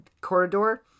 corridor